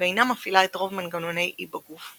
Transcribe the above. ואינה מפעילה את רוב מנגנוני E בגוף.